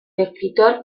escritor